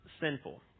sinful